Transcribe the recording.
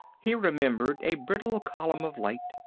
he remembered a brittle column of light,